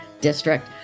district